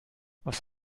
was